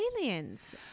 aliens